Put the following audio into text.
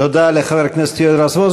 תודה לחבר הכנסת יואל רזבוזוב.